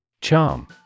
Charm